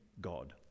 God